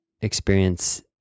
experience